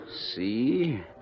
See